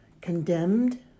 condemned